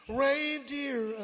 reindeer